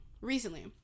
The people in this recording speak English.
recently